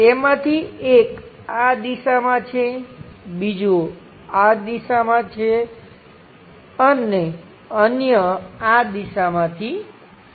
તેમાંથી એક આ દિશામાં છે બીજું આ દિશામાંથી છે અન્ય આ દિશામાંથી છે